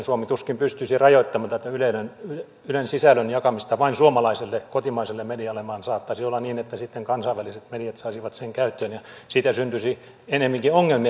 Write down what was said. suomi tuskin pystyisi rajoittamaan tätä ylen sisällön jakamista vain suomalaiselle kotimaiselle medialle vaan saattaisi olla niin että sitten kansainväliset mediat saisivat sen käyttöönsä ja siitä syntyisi ennemminkin ongelmia suomalaiselle medialle